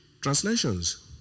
translations